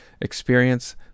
experience